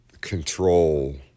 control